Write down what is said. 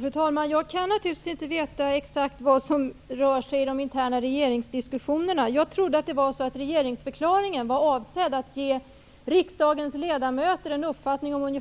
Fru talman! Jag kan naturligtvis inte veta exakt vad som berörs i de interna regeringsdiskussionerna. Jag trodde att regeringsförklaringen var avsedd att ge riksdagens ledamöter en ungefärlig uppfattning om vad